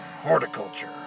Horticulture